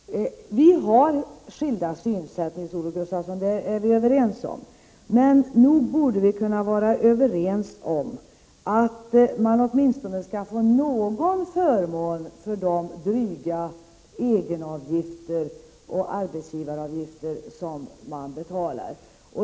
Herr talman! Vi har skilda synsätt, Nils-Olof Gustafsson. Det är vi överens om. Men nog borde vi kunna vara överens om att företagen skall få någon förmån av de dryga egenavgifter och arbetsgivaravgifter som de betalar.